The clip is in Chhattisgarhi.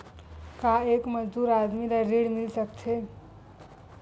का एक मजदूर आदमी ल ऋण मिल सकथे?